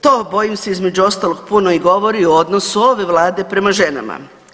To bojim se između ostalog puno i govori o odnosu ove Vlade prema ženama.